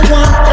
one